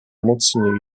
mocniej